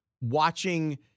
watching